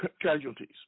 casualties